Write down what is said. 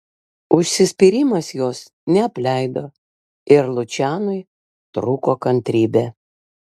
užsispyrimas jos neapleido ir lučianui trūko kantrybė